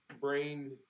brain